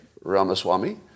Ramaswamy